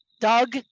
Doug